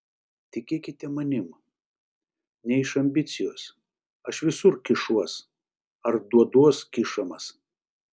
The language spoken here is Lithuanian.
tikėkite manim ne iš ambicijos aš visur kišuos ar duoduos kišamas